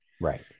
Right